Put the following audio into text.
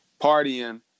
partying